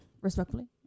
respectfully